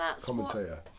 commentator